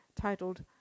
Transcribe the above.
titled